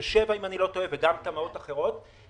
חבל שהם לא הביאו לנו את העמדה לנו כחבר הכנסת.